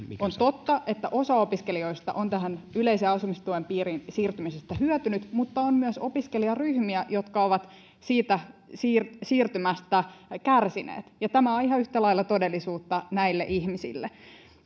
on totta että osa opiskelijoista on tähän yleisen asumistuen piiriin siirtymisestä hyötynyt mutta on myös opiskelijaryhmiä jotka ovat siitä siirtymästä siirtymästä kärsineet ja tämä on ihan yhtä lailla todellisuutta näille ihmisille